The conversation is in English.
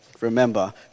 remember